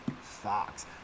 Fox